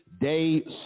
day